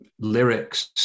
lyrics